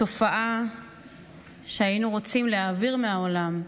תופעה שהיינו רוצים להעביר מהעולם.